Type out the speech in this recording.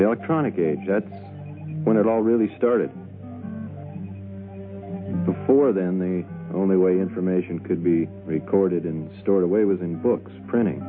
by trying to gauge that when it all really started before then the only way information could be recorded and stored away was in books printing